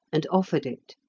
and offered it.